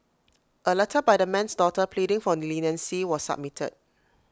A letter by the man's daughter pleading for leniency was submitted